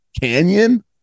Canyon